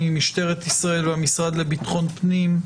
ממשטרת ישראל וממשרד לביטחון פנים,